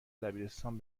دبیرستان